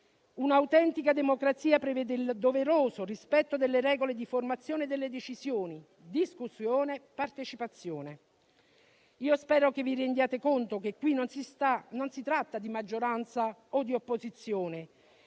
«Un'autentica democrazia prevede il doveroso rispetto delle regole di formazione delle decisioni, discussione, partecipazione». Spero vi rendiate conto che qui si tratta non di maggioranza o di opposizione